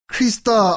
Krista